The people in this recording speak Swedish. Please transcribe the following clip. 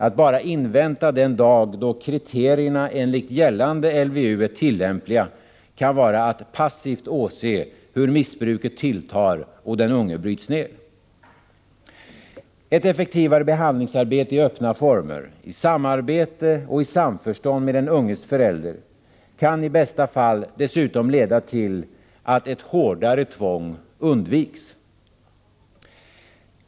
Att bara invänta den dag då kriterierna enligt gällande LVU är tillämpliga kan vara att passivt åse hur missbruket tilltar och den unge bryts ned. Ett effektivare behandlingsarbete i öppna former i samarbete och i samförstånd med den unges föräldrar kan i bästa fall dessutom leda till att ett hårdare tvång undvikes.